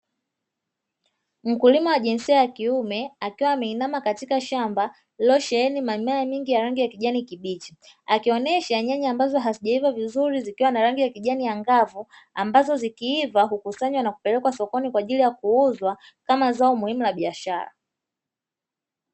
Mkulima wa jinsia ya kiume, akiwa ameinama katika shamba lililosheheni mimea mingi ya rangi ya kijani kibichi, akionyesha nyanya ambazo hazijaiva vizuri, zikiwa na rangi ya kijani angavu, ambazo zikiiva hukusanywa na kupelekwa sokoni kwa ajili ya kuuzwa kama zao muhimu la biashara.